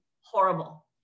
horrible